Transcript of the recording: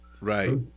Right